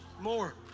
More